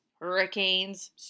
hurricanes